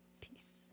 Peace